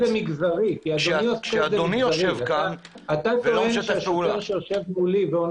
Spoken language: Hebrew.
כשאדוני יושב פה, ולא